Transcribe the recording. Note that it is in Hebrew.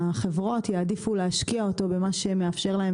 החברות יעדיפו להשקיע אותו במה שמאפשר להם